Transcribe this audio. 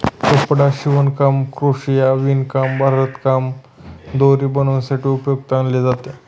कपडा शिवणकाम, क्रोशिया, विणकाम, भरतकाम किंवा दोरी बनवण्यासाठी उपयोगात आणले जाते